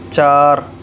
چار